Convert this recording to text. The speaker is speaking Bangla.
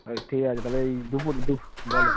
ঠিক আছে তাহলে এই দুপুর দুপুর বলো